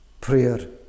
prayer